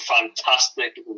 fantastic